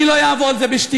אני לא אעבור על זה בשתיקה.